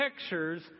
pictures